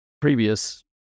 previous